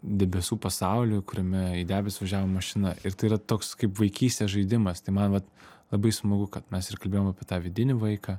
debesų pasaulį kuriame į debesį važiavo mašina ir tai yra toks kaip vaikystės žaidimas tai man vat labai smagu kad mes ir kalbėjom apie tą vidinį vaiką